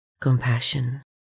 compassion